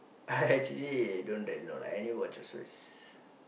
actually don't take note any watch also is